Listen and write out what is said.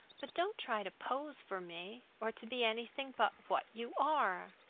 but don't try to pose for me, or to be anything but what you are.